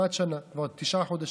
כבר תשעה חודשים.